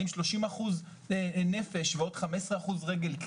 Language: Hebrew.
האם 30% נפש ועוד 15% רגל,